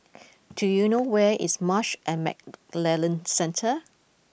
do you know where is Marsh and McLennan Centre